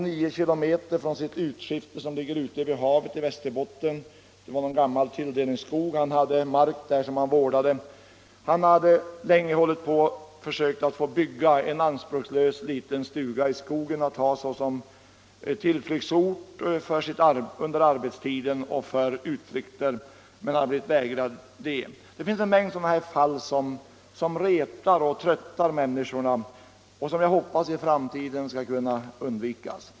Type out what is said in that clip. Mannen bodde 9 km från sitt utskifte, som ligger ute vid havet i Västerbotten. Det var fråga om någon gammal tilldelningsskog, där han hade mark som han vårdade. Han hade länge försökt få tillstånd att bygga en anspråkslös liten stuga i skogen att ha som tillflykt under arbetet med marken och för rekreation men blivit vägrad detta. Det finns en mängd sådana fall som retar och tröttar människorna och som jag hoppas i framtiden skall kunna undvikas.